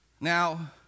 Now